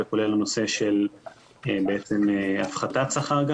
כולל הנושא של הפחתת שכר,